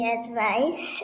advice